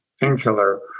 Painkiller